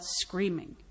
screaming